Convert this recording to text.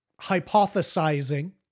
hypothesizing